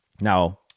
Now